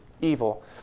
evil